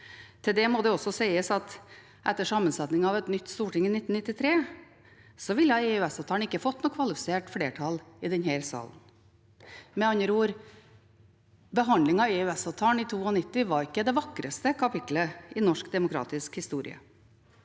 Til det må det også sies at etter sammensetningen av et nytt storting i 1993 ville EØS-avtalen ikke fått noe kvalifisert flertall i denne salen. Med andre ord: Behandlingen av EØS-avtalen i 1992 var ikke det vakreste kapittelet i norsk demokratisk historie.